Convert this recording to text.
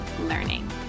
learning